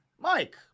Mike